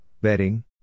bedding